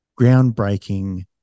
groundbreaking